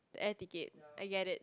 air ticket I get it